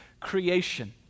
creation